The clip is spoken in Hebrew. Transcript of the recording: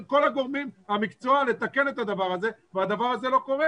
כל גורמי המקצוע לתקן את הדבר הזה והדבר הזה לא קורה.